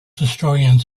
historians